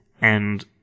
and-